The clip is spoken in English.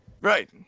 Right